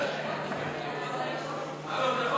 הצעת